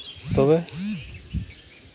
ᱛᱚᱵᱮ